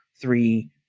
three